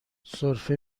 سرفه